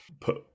put